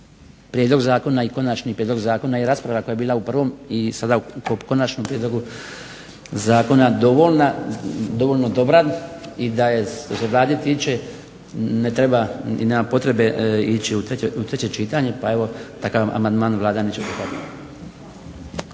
prijedlog zakona i konačni prijedlog zakona i rasprava koja je bila u prvom i sada u konačnom prijedlogu zakona dovoljno dobra i da je što se Vlade tiče nema potrebe ići u treće čitanje, pa evo takav amandman Vlada neće prihvatiti.